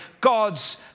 God's